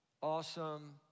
awesome